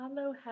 Hello